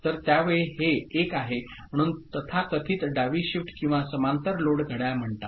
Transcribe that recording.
तर त्यावेळी हे 1 आहे म्हणून तथाकथित डावी शिफ्ट किंवा समांतर लोड घड्याळ म्हणतात